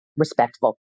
Respectful